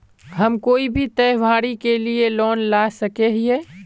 हम कोई भी त्योहारी के लिए लोन ला सके हिये?